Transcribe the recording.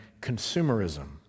consumerism